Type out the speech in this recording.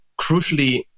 crucially